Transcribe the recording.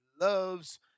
loves